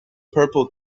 purple